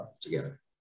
together